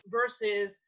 versus